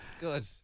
good